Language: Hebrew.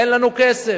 אין לנו כסף.